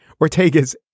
Ortega's